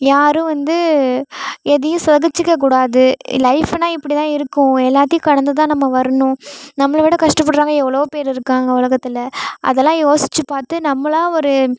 யாரும் வந்து எதையும் சகித்துக்கக்கூடாது லைஃபுனா இப்படி தான் இருக்கும் எல்லாத்தையும் கடந்து தான் நம்ம வரணும் நம்மளை விட கஷ்டப்பட்றவங்க எவ்வளோ பேர் இருக்காங்க உலகத்தில் அதெல்லாம் யோசித்து பார்த்து நம்மளாக ஒரு